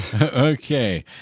Okay